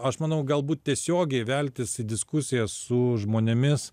aš manau galbūt tiesiogiai veltis į diskusijas su žmonėmis